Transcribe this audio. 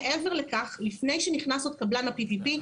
מעבר לכך לפני שנכנס עוד קבלן ה-PPP,